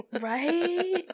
Right